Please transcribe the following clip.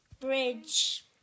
bridge